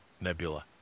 Nebula